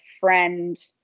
friend